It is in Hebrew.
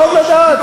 טוב לדעת.